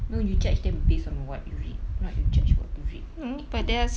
no you judge them based on what you read not you judge what you read eh eh